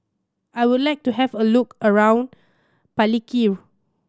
I would like to have a look around Palikir